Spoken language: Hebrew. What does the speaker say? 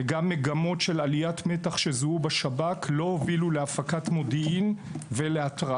וגם מגמות של עליית המתח שזוהו בשב"כ לא הובילו להפקת מודיעין ולהתרעה.